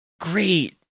great